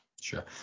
Sure